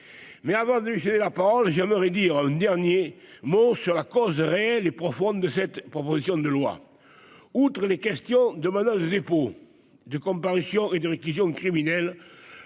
mais avant de juger la parole, j'aimerais dire un dernier mot sur la cause réelle et profonde de cette proposition de loi, outre les questions de mandat de dépôt de comparution et de réclusion criminelle,